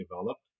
developed